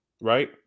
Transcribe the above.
right